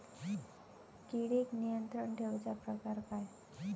किडिक नियंत्रण ठेवुचा प्रकार काय?